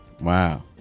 Wow